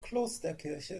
klosterkirche